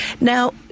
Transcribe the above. Now